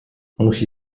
musi